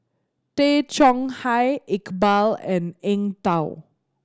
Tay Chong Hai Iqbal and Eng Tow